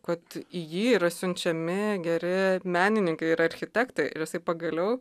kad į jį yra siunčiami geri menininkai ir architektai ir jisai pagaliau